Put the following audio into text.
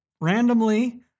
randomly